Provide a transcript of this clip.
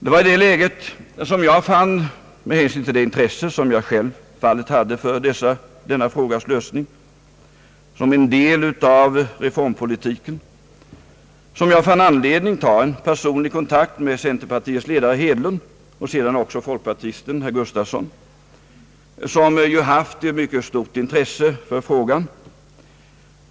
Det var i det läget som jag fann anledning — med hänsyn till det intresse som jag själv hade för denna frågas lösning som en del av reformpolitiken — att ta personlig kontakt med centerpartiets 1ledare herr Hedlund och sedan också med folkpartisten herr Gustafsson, som visat ett mycket starkt intresse för frågan.